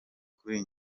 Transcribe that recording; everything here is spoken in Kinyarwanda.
kuri